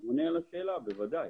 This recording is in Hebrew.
אני עונה על השאלה, בוודאי.